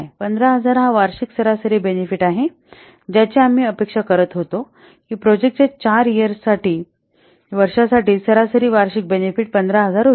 15000 हा वार्षिक सरासरी बेनिफिट आहे ज्याची आम्ही अपेक्षा करत होतो की प्रोजेक्ट च्या चार years वर्षांसाठी सरासरी वार्षिक बेनिफिट 1500 होईल